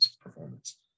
performance